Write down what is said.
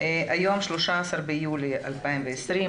היום 13 ביולי 2020,